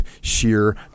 Sheer